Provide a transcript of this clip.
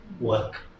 Work